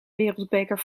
wereldbeker